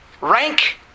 rank